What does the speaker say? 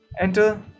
Enter